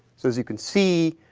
so, as you can see,